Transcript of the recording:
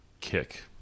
kick